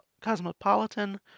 cosmopolitan